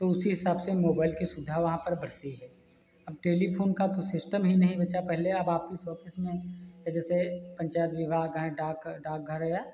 तो उसी हिसाब से मोबाइल की सुविधा वहाँ पर बढ़ती है अब टेलीफ़ोन का तो सिस्टम ही नहीं बचा पहले अब आपिस ओपिस में या जैसे पंचायत विभाग हैं डाक डाकघर या